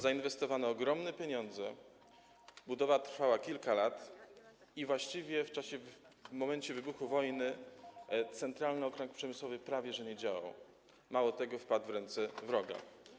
Zainwestowano ogromne pieniądze, budowa trwała kilka lat i właściwie w momencie wybuchu wojny Centralny Okręg Przemysłowy prawie nie działał, mało tego, wpadł w ręce wroga.